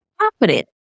confident